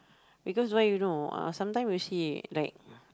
because why you know ah sometime you see like